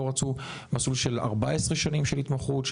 לא רצו מסלול של 14 שנים של התמחות.